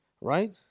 Right